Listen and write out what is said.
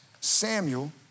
Samuel